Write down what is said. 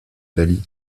dalí